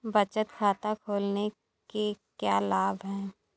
बचत खाता खोलने के क्या लाभ हैं?